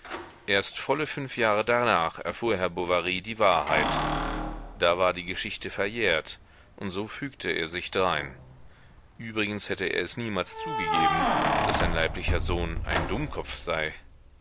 erst volle fünf jahre darnach erfuhr herr bovary die wahrheit da war die geschichte verjährt und so fügte er sich drein übrigens hätte er es niemals zugegeben daß sein leiblicher sohn ein dummkopf sei